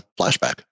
flashback